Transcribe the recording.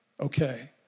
okay